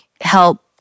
help